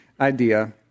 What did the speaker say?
idea